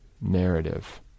narrative